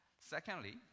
Secondly